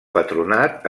patronat